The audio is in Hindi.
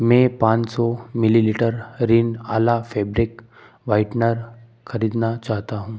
मैं पाँच सौ millilitre Rin Ala fabric whitener खरीदना चाहता हूँ